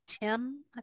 Tim